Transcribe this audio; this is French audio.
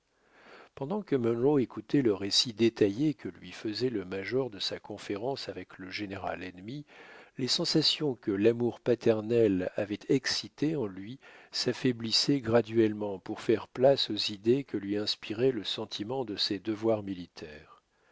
pendant que munro écoutait le récit détaillé que lui faisait le major de sa conférence avec le général ennemi les sensations que l'amour paternel avait excitées en lui s'affaiblissaient graduellement pour faire place aux idées que lui inspirait le sentiment de ses devoirs militaires